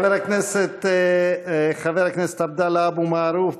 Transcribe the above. חבר הכנסת עבדאללה אבו מערוף,